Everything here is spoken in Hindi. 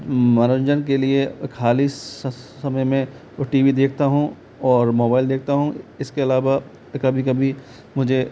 मनोरंजन के लिए खाली समय में टी वी देखता हूँ और मोबाइल देखता हूँ इसके अलावा कभी कभी मुझे